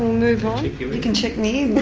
move on. you can check me